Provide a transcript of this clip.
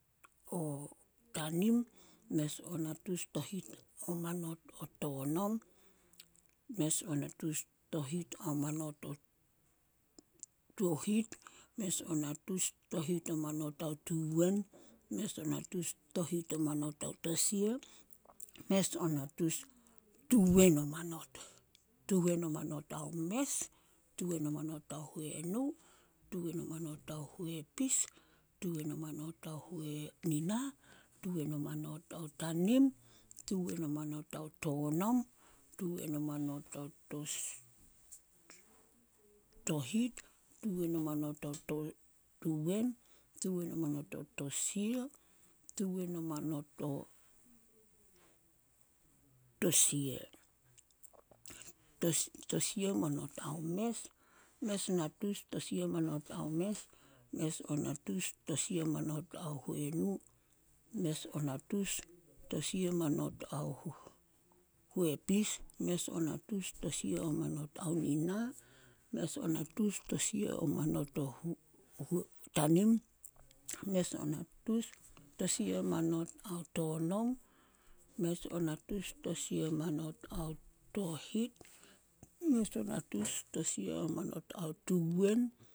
﻿o tanim, mes o natus tohit o manot o tonom, mes o natus tohit o manot ao tohit, mes o natus tohit o manot ao tuwen, mes o natus tohit o manot ao tosia, mes o natus tuwen o manot. Tuwen o manot ao mes, tuwen o manot ao huenu, tuwen o manot ao huepis, tuwen o manot ao nina, tuwen o manot ao tanim, tuwen o manot ao tonom, tuwen o manot ao tohit, tuwen o manot ao tuwen, tuwen o manot ao tosia, tuwen o manot ao tosia, tos- tosia manot ao mes, mes o natus tosia manot ao mes, mes o natus tosia manot ao huenu, mes o natus tosia manot ao huepis, mes o natus tosia manot ao nina, mes or natus tosia manot ao tanim, mes o natus tosia manot ao tonom, mes o natus tosia manot ao tohit, mes o natus tosia manot ao tuwen.